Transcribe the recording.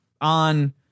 on